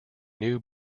new